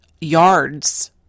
yards